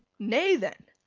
nay then